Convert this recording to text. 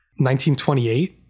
1928